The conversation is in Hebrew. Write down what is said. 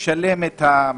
לשלם את ה-6 מיליארד האלה,